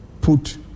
put